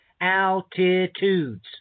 altitudes